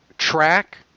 track